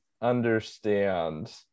understand